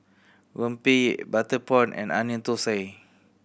rempeyek butter prawn and Onion Thosai